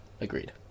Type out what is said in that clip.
Agreed